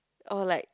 orh like